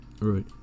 Right